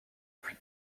plus